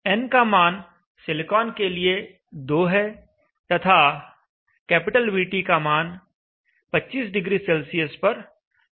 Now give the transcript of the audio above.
n का मान silicon के लिए 2 है तथा VT का मान 25 डिग्री सेल्सियस पर 0026 है